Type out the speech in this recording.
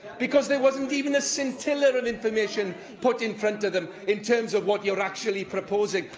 because there wasn't even a scintilla of information put in front of them in terms of what you're actually proposing.